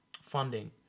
funding